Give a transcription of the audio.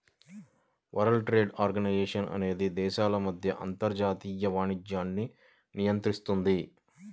world trade organisation అనేది దేశాల మధ్య అంతర్జాతీయ వాణిజ్యాన్ని నియంత్రిస్తుంది